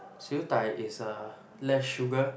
Siew-Dai is uh less sugar